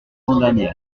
condamné